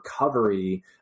recovery